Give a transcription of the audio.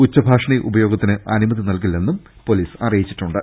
ഉച്ചഭാഷിണി ഉപയോഗ ത്തിന് അനുമതി നൽകില്ലെന്നും പൊലീസ് അറിയിച്ചിട്ടുണ്ട്